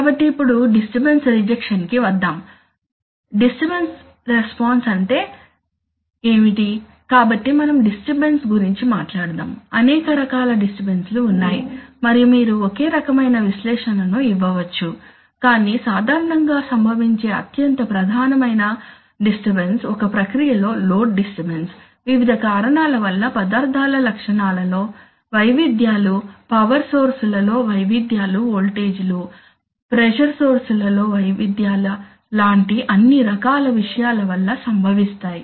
కాబట్టి ఇప్పుడు disturbance rejection కి వద్దాం కాబట్టి డిస్టర్బన్స్ రెస్పాన్స్ అంటే ఏమిటి కాబట్టి మనం డిస్టర్బన్స్ గురించి మాట్లాడుదాం అనేక రకాల డిస్టర్బన్స్ లు ఉన్నాయి మరియు మీరు ఒకే రకమైన విశ్లేషణ ను ఇవ్వవచ్చు కానీ సాధారణంగా సంభవించే అత్యంత ప్రధానమైన డిస్టర్బన్స్ ఒక ప్రక్రియలో లోడ్ డిస్టర్బన్స్ వివిధ కారణాల వల్ల పదార్థాల లక్షణాలలో వైవిధ్యాలు పవర్ సోర్స్ లలో వైవిధ్యాలు వోల్టేజీలు ప్రెషర్ సోర్స్ లలో వైవిధ్యాల లాంటి అన్ని రకాల విషయాల వల్ల సంభవిస్తాయి